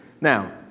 Now